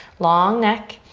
long neck.